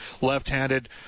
left-handed